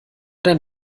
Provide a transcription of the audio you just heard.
denn